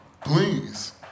please